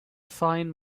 fine